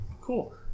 Cool